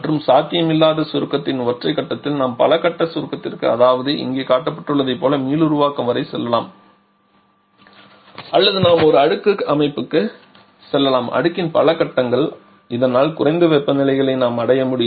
மற்றும் சாத்தியமில்லாத சுருக்கத்தின் ஒற்றை கட்டத்தில் நாம் பல கட்ட சுருக்கத்திற்கு அதாவது இங்கே காட்டப்பட்டுள்ளதைப் போலவே மீளுருவாக்கம் வரை செல்லலாம் அல்லது நாம் ஒரு அடுக்கு அமைப்புக்கு செல்லலாம் அடுக்கின் பல கட்டங்கள் இதனால் குறைந்த வெப்பநிலை நிலைகளை நாம் அடைய முடியும்